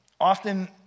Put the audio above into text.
Often